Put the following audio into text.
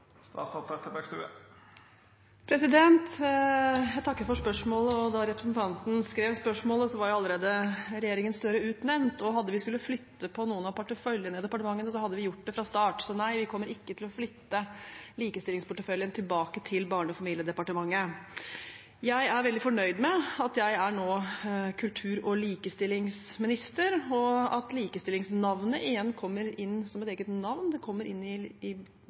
Jeg takker for spørsmålet. Da representanten skrev spørsmålet, var regjeringen Støre allerede utnevnt, og hadde vi skullet flytte på noen av porteføljene til departementene, hadde vi gjort det fra start. Så nei, vi kommer ikke til å flytte likestillingsporteføljen tilbake til Barne- og familiedepartementet. Jeg er veldig fornøyd med at jeg nå er kultur- og likestillingsminister, og at likestillingsnavnet igjen kommer inn som et eget navn. Det kommer inn i